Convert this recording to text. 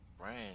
brand